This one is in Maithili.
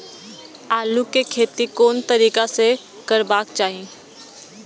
आलु के खेती कोन तरीका से करबाक चाही?